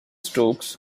stokes